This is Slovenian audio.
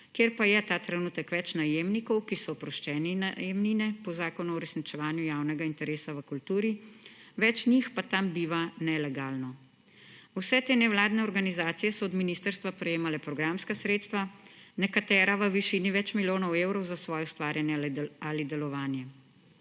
kjer pa je ta trenutek več najemnikov, ki so oproščeni najemnine po Zakonu o uresničevanju javnega interesa v kulturi, več njih pa tam biva nelegalno. Vse te nevladne organizacije so od ministrstva prejemale programska sredstva, nekatere v višini več milijonov evrov za svoje ustvarjanje ali delovanje.